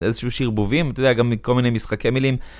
זה איזשהו שיר בובים, אתה יודע, גם מכל מיני משחקי מילים.